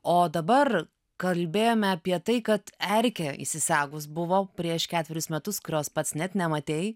o dabar kalbėjome apie tai kad erkė įsisegus buvo prieš ketverius metus kurios pats net nematei